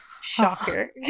Shocker